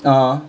(uh huh)